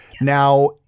Now